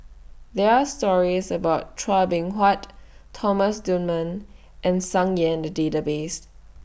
There Are stories about Chua Beng Huat Thomas Dunman and Tsung Yeh in The Database